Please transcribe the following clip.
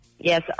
yes